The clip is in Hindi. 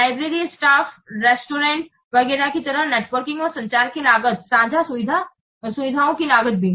लाइब्रेरी स्टाफ रेस्तरां वगैरह की तरह नेटवर्किंग और संचार की लागत साझा सुविधाओं की लागत भी